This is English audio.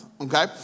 okay